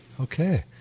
Okay